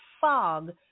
fog